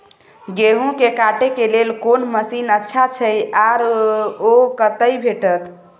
गेहूं के काटे के लेल कोन मसीन अच्छा छै आर ओ कतय भेटत?